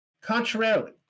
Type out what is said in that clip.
Contrarily